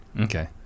okay